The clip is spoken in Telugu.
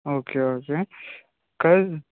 okay okay